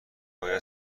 باید